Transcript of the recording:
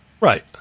Right